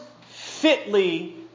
fitly